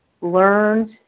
learned